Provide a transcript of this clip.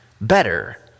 better